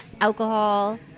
alcohol